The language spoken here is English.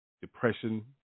depression